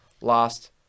last